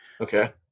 Okay